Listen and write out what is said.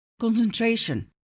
concentration